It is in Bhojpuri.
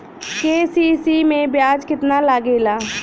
के.सी.सी में ब्याज कितना लागेला?